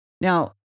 Now